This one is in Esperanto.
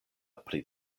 pri